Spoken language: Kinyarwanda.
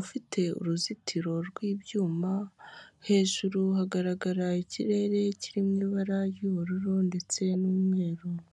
ufite uruzitiro rw'ibyuma, hejuru hagaragara ikirere kiri mu ibara ry'ubururu ndetse n'umweru.